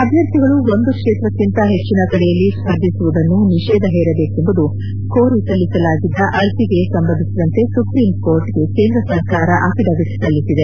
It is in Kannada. ಅಭ್ಯರ್ಥಿಗಳು ಒಂದು ಕ್ಷೇತ್ರಕ್ಷಿಂತ ಹೆಚ್ಚನ ಕಡೆಯಲ್ಲಿ ಸ್ಪರ್ಧಿಸುವುದನ್ನು ನಿಷೇಧ ಹೇರಬೇಕೆಂದು ಕೋರಿ ಸಲ್ಲಿಸಲಾಗಿದ್ದ ಅರ್ಜಿಗೆ ಸಂಬಂಧಿಸಿದಂತೆ ಸುಪ್ರೀಂ ಕೋರ್ಟ್ಗೆ ಕೇಂದ್ರ ಸರಕಾರ ಅಫಿಡವಿಟ್ ಸಲ್ಲಿಸಿದೆ